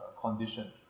condition